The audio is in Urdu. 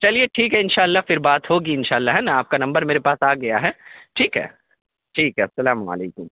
چلیے ٹھیک ہے انشاء اللہ پھر بات ہوگی انشاء اللہ ہے نا آپ کا نمبر میرے پاس آ گیا ہے ٹھیک ہے ٹھیک ہے السلام علیکم